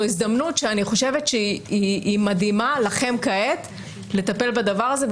הזדמנות שאני חושבת שהיא מדהימה לכם כעת לטפל בדבר הזה.